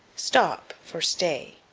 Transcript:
stop for stay.